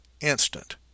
instant